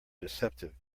deceptive